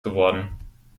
geworden